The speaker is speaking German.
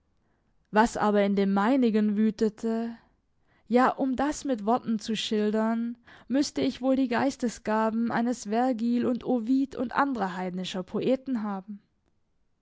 was aber in dem meinigen wütete ja um das mit worten zu schildern müßte ich wohl die geistesgaben eines vergil und ovid und anderer heidnischen poeten haben